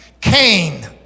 Cain